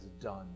done